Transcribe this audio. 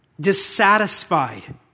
Dissatisfied